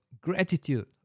gratitude